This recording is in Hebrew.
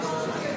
הצבעה.